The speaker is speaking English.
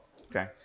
Okay